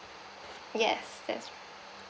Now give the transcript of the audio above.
yes that's